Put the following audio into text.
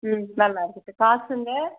ம் நல்லா இருக்குது காஸுங்க